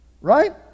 Right